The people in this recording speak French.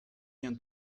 bien